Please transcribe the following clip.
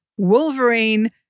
Wolverine